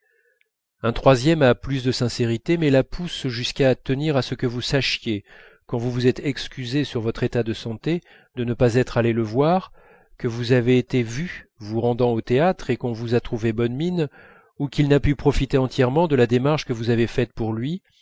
un troisième a plus de sincérité mais la pousse jusqu'à tenir à ce que vous sachiez quand vous vous êtes excusé sur votre état de santé de ne pas être allé le voir que vous avez été vu vous rendant au théâtre et qu'on vous a trouvé bonne mine ou qu'il n'a pu profiter entièrement de la démarche que vous avez faite pour lui